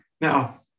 Now